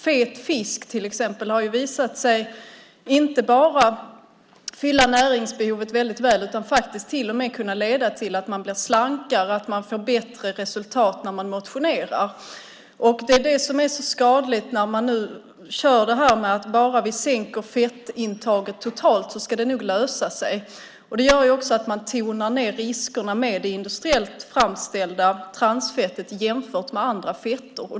Fet fisk till exempel har visat sig inte bara fylla näringsbehovet väldigt väl utan faktiskt till och med kunna leda till att man blir slankare och att man får bättre resultat när man motionerar. Det är därför som det är så skadligt när man nu talar om att om vi bara minskar fettintaget totalt ska det nog lösa sig. Det gör att man också tonar ned riskerna med det industriellt framställda transfettet jämfört med andra fetter.